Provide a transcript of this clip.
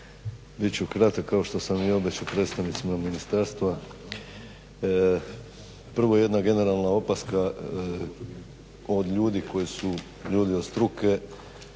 Bit ću kratak kao što sam i obećao predstavnicima ministarstva. Prvo jedna generalna opaska od ljudi koji su ljudi od struke